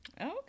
Okay